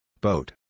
Boat